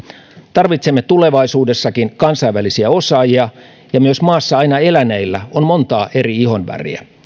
tarvitsemme tulevaisuudessakin kansainvälisiä osaajia ja myös maassa aina eläneillä on montaa eri ihonväriä